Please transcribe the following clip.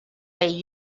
they